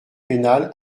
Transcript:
pénales